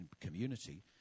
community